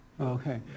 Okay